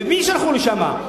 ואת מי שלחו לשם?